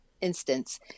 instance